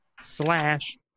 slash